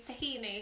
tahini